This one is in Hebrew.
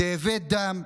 תאבי דם,